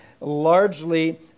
largely